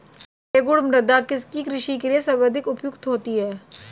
रेगुड़ मृदा किसकी कृषि के लिए सर्वाधिक उपयुक्त होती है?